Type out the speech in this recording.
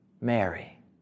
Mary